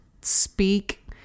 speak